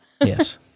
Yes